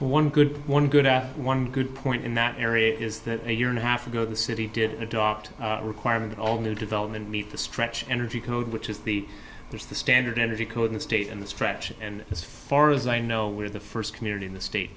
one good one good at one good point in that area is that a year and a half ago the city did a doctor requirement all new development meet the stretch energy code which is the there's the standard energy cotton state and the stretch and as far as i know we're the first community in the state